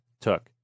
took